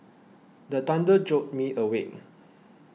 the thunder jolt me awake